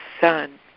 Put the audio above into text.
son